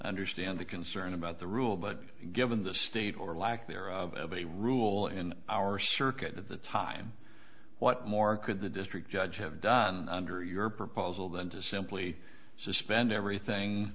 understand the concern about the rule but given the state or lack there of a rule in our circuit at the time what more could the district judge have done under your proposal than to simply suspend everything